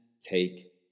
take